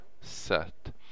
set